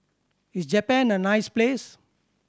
is Japan a nice place